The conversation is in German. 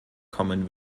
kommen